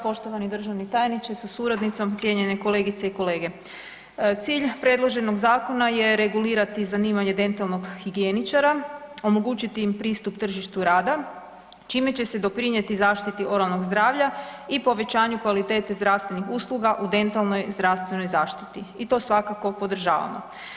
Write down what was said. Poštovani državni tajniče sa suradnicom, cijenjene kolegice i kolege, cilj predloženog zakona je regulirati zanimanje dentalnog higijeničara, omogućiti im pristup tržištu rada čime će se doprinijeti zaštiti oralnog zdravlja i povećanju kvalitete zdravstvenih usluga u dentalnoj zdravstvenoj zaštiti i to svakako podržavamo.